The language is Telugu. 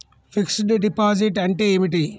ఫిక్స్ డ్ డిపాజిట్ అంటే ఏమిటి?